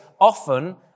often